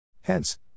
Hence